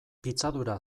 pitzadura